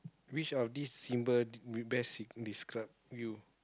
which of this symbol did best seeing describe you